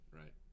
right